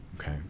Okay